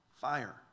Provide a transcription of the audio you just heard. fire